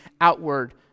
outward